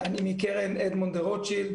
מקרן אדמונד דה רוטשילד